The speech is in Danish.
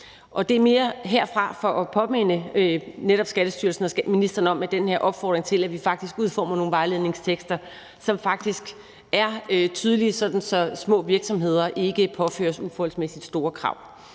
siger det mere for at minde Skattestyrelsen og ministeren om det og opfordre til, at vi udformer nogle vejledningstekster, som faktisk er tydelige, sådan at små virksomheder ikke påføres uforholdsmæssig store krav.